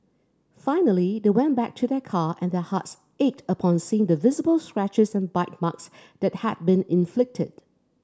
finally they went back to their car and their hearts ached upon seeing the visible scratches and bite marks that had been inflicted